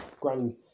grinding